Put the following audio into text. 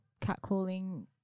catcalling